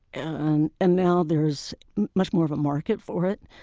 and and now there's much more of a market for it.